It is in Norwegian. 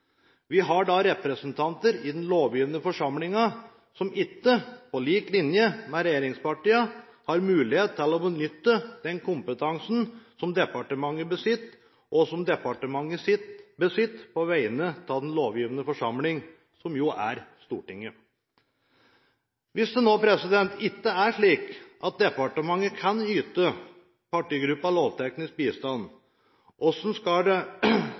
Vi har da representanter i den lovgivende forsamling som ikke på lik linje med regjeringspartiene har mulighet til å benytte den kompetansen som departementet besitter, og som departementet besitter på vegne av den lovgivende forsamling – som er Stortinget. Hvis det ikke er slik at departementet kan yte partigruppene lovteknisk bistand, hvordan skal man da på best mulig måte kvalitetssikre sine lovforslag? Hvis det